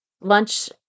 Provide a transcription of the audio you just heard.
Lunch